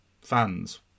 fans